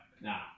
Nah